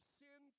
sin